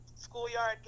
schoolyard